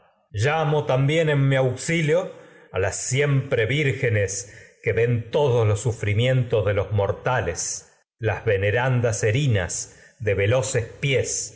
también en que ven mi auxilio a siempre los vírgenes las todos los sufrimien de tos de mortales venerandas erinas veloces pies